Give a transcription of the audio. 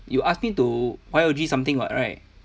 you ask me to Y_O_G something [what] right